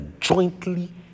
jointly